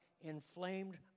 inflamed